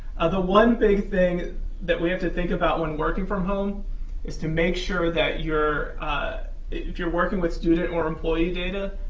the one big thing that we have to think about when working from home is to make sure that ah if you're working with student or employee data,